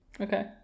Okay